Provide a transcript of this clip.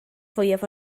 fwyaf